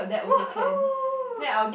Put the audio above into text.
!woohoo!